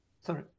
sorry